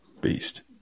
beast